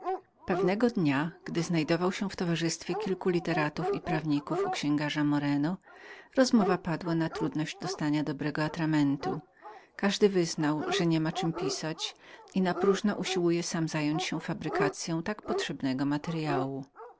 pewnego dnia znajdując się w towarzystwie kilku literatów hiszpańskich i prawników u księgarza moreno rozmowa padła na trudność dostania dobrego atramentu każdy wyznał że niemiał czem pisać i napróżno usiłował sam zająć się fabrykacyą tak potrzebnego materyału